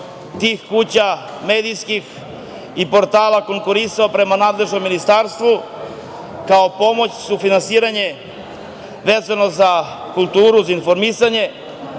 tih kuća medijski i portala konkurisao prema nadležnom ministarstvu kao pomoć sufinansiranja vezano za kulturu i informisanje. Na